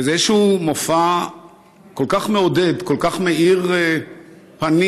זה איזשהו מופע כל כך מעודד, כל כך מאיר פנים.